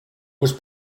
was